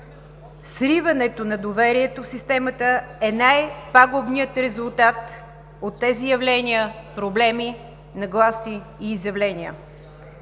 Сриването на доверието в системата е най-пагубният резултат от тези явления, проблеми, нагласи и изявления.